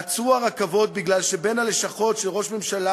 עצרו הרכבות כי בין הלשכות של ראש ממשלה